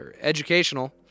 educational